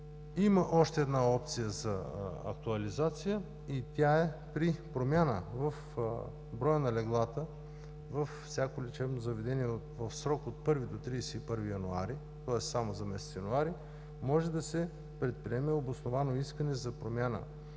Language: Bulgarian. Има още една опция за актуализация и тя е при промяна в броя на леглата във всяко лечебно заведение в срок от 1 до 31 януари, тоест само за месец януари може да се предприеме обосновано искане за промяна